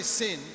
sin